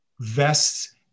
vests